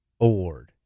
award